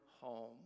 home